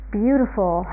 beautiful